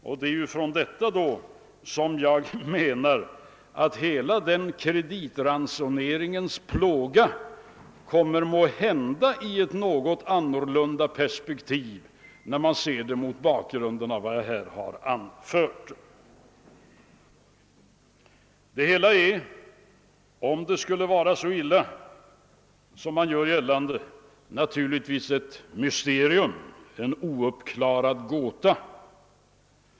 Med utgångspunkt därifrån menar jag att hela kreditransoneringens plåga måhända kommer i ett något annorlunda perspektiv när man ser det mot bakgrunden av vad jag här har anfört. Det hela är — om det skulle vara så illa som man gör gällande — naturligtvis ett mysterium, en ouppklarad gåta.